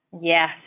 Yes